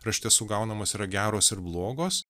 rašte sugaunamos yra geros ir blogos